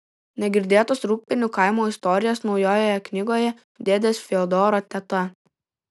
negirdėtos rūgpienių kaimo istorijos naujoje knygoje dėdės fiodoro teta